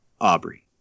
Aubrey